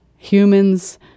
humans